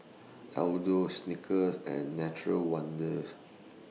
Aldo Snickers and Nature's Wonders